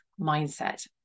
mindset